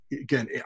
again